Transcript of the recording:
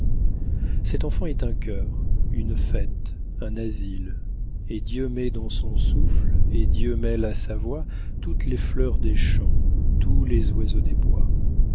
cette enfant est un cœur une fête un asile et dieu met dans son souffle et dieu mêle à sa voix toutes les fleurs des champs tous les oiseaux des bois